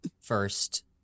first